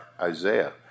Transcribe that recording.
Isaiah